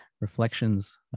reflections